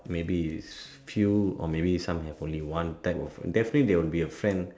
maybe is few or maybe some only have one type of definitely there would be a fan